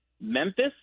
Memphis